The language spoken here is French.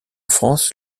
france